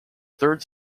third